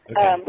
Okay